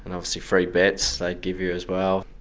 and obviously free bets they'd give you as well.